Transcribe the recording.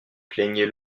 plaignez